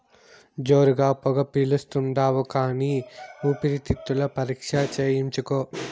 జోరుగా పొగ పిలిస్తాండావు కానీ ఊపిరితిత్తుల పరీక్ష చేయించుకో